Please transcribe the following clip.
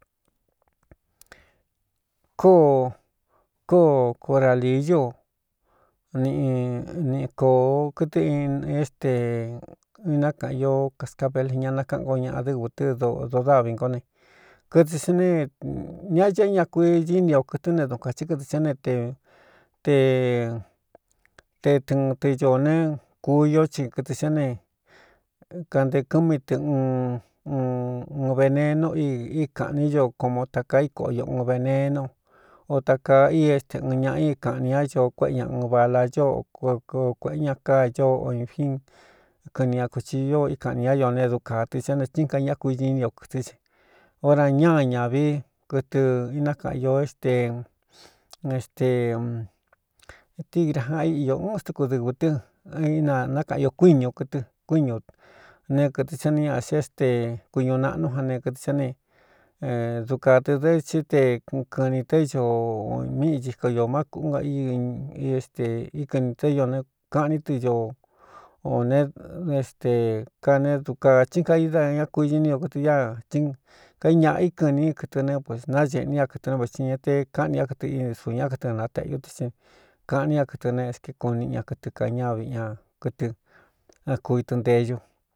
Kóó kóo coraliyú niꞌ nꞌ kōo kɨtɨ éxte inákaꞌan io kascabel ña nakáꞌan nko ñaꞌa dɨ́vɨ tɨ́ do dávi ngó ne kɨtɨ sá ne ñia ñaꞌ é ña kuiñiíni o kɨtɨ́n ne du kān tsí kɨtɨ xá ne e te te tɨꞌɨn tɨ ñoō ne kuió ci kɨtɨ xíá ne kante kɨ́ mi tɨ nn ɨɨn benenu íi í kāꞌní ño komo takaa í koꞌo io un benenu o takaa i éste ɨn ñāꞌa i kāꞌani ñá ño kuéꞌe ña ɨɨn balacóooo kuēꞌe ña káaīo oinfín kɨni ña kució í kaꞌni ñá io ne dukātɨ xá ne tín kaiñá kuiñiíni o kɨ̄tɨ́n xi ora ñáa ñāvi kɨtɨ inákaꞌan io éte éstetigrejaan íꞌñō uɨn stɨku dɨvɨ̄ tɨ́ inanákaꞌan io kuíñu o kɨtɨ kuíñū ne kɨtɨ sá nixi é ste kuñūꞌ naꞌnú jan ne kɨtɨ sá ne dukādɨ dɨ tsí te kɨɨnī té ño míꞌi ciko io má kūꞌú nka í i é stē íkɨnī té ñ né kaꞌní tɨ ñoo ō nééste kané du kā csín kaida ña kuiñɨní o kɨtɨ ña tí kai ñaꞌa í kɨꞌni kɨtɨ nɨ pus naēꞌní a kɨtɨ né veci ña te káꞌni ñá kɨtɨ íni sun ñá kɨtɨ natēꞌ iú tɨ xi kaꞌaní ña kɨtɨ neskekuꞌni ña kɨtɨ kañávi ña kɨtɨ a kuitɨnte yu.